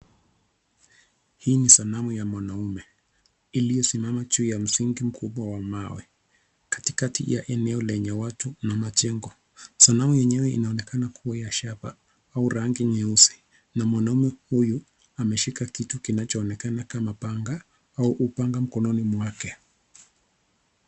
Hii ni sanamu ya mwanaume, iliyosimama juu ya msingi kubwa wa mawe. Katikati ya eneo lenye watu na majengo. Sanamu yenyewe inaonekana kua ya shaba au rangi nyeusi, na mwanaume huyu ameshika kitu kinacho onekana kama panga au upanga mkononi mwake.